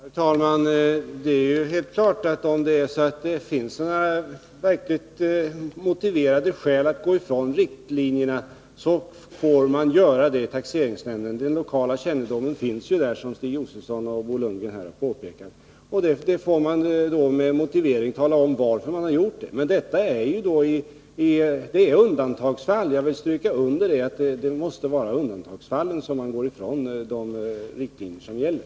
Herr talman! Det är helt klart att om det finns verkligt motiverade skäl att gå ifrån riktlinjerna, så får taxeringsnämnderna göra det. Den lokala kännedomen finns ju där, som Stig Josefson och Bo Lundgren här har framhållit. Man får då ange motivet till att man gjort så och så. Men jag vill understryka att man endast i undantagsfall får gå ifrån de riktlinjer som gäller.